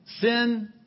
Sin